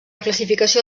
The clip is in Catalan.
classificació